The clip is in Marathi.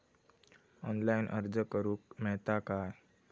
ऑनलाईन अर्ज करूक मेलता काय?